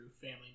family